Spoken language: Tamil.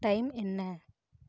டைம் என்ன